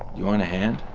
you want a hand?